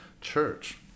church